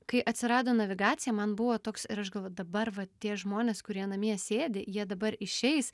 kai atsirado navigacija man buvo toks ir aš galvoju dabar va tie žmonės kurie namie sėdi jie dabar išeis